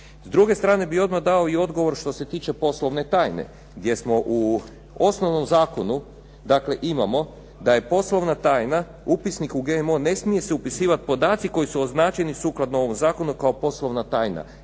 S druge strane bih odmah dao i odgovor što se tiče poslovne tajne, gdje smo u osnovnom zakonu, dakle imamo da je poslovna tajna upisnik u GMO ne smiju se upisivati podaci koji su označeni sukladno ovom zakonu kao poslovna tajna.